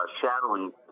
shadowing